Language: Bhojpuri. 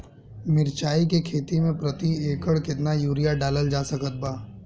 मिरचाई के खेती मे प्रति एकड़ केतना यूरिया डालल जा सकत बा?